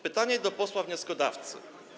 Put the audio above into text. Pytanie do posła wnioskodawcy.